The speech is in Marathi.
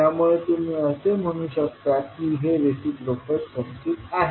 त्यामुळे तुम्ही असे म्हणू शकता की हे रिसिप्रोकल सर्किट आहे